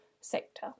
sector